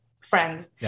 friends